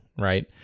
right